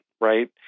right